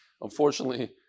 unfortunately